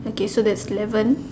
okay so that's eleven